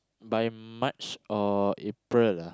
by March or April ah